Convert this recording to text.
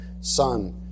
Son